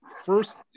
First